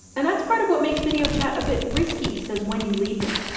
and that's part of what makes video chat a bit risky, says wendy liebmann,